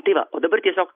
tai va o dabar tiesiog